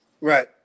Right